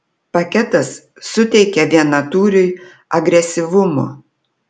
paketas suteikia vienatūriui agresyvumo